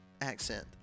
accent